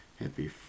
Happy